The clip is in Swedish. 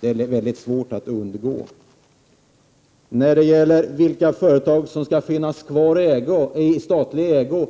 Det är mycket svårt att undgå detta. När det gäller frågan om vilka företag som ur socialdemokratisk synvinkel skall finnas kvar i statlig ägo